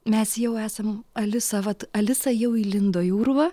mes jau esam alisa vat alisa jau įlindo į urvą